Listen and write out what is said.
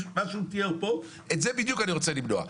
מה שהוא תיאר פה את זה בדיוק אני רוצה למנוע,